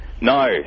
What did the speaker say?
No